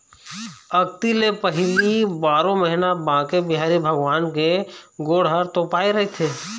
अक्ती ले पहिली बारो महिना बांके बिहारी भगवान के गोड़ ह तोपाए रहिथे